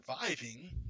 surviving